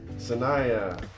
Sanaya